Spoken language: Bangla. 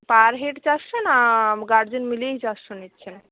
পার হেড চারশো না গার্জেন মিলিয়েই চারশো নিচ্ছেন